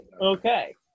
okay